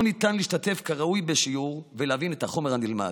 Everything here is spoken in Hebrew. ניתן להשתתף כראוי בשיעור ולהבין את החומר הנלמד.